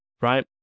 right